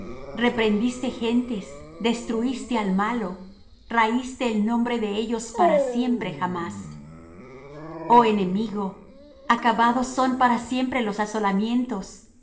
justicia reprendiste gentes destruiste al malo raíste el nombre de ellos para siempre jamás oh enemigo acabados son para siempre los asolamientos